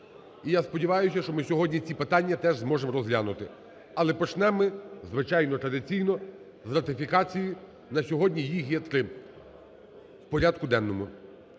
І я сподіваюся, що ми сьогодні ці питання теж зможемо розглянути. Але почнемо ми, звичайно, традиційно з ратифікації, на сьогодні їх є три в порядку денному.